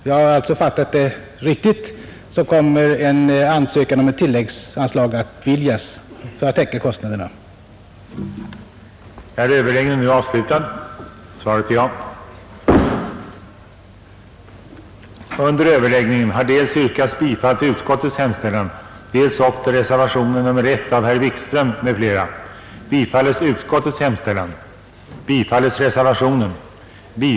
Om jag fattat saken riktigt kommer alltså ett tilläggsanslag för att täcka kostnaderna att beviljas.